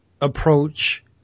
approach